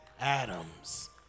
Adams